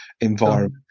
environment